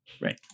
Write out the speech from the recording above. Right